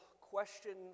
question